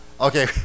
Okay